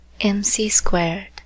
mc-squared